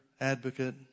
advocate